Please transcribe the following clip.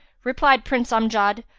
replied prince amjad,